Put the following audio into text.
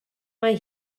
mae